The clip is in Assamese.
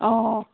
অ